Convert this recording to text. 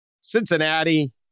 Cincinnati